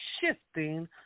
shifting